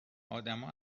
آدما